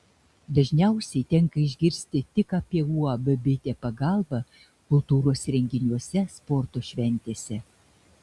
dažniausiai tenka išgirsti tik apie uab bitė pagalbą kultūros renginiuose sporto šventėse